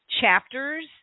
chapters